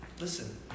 Listen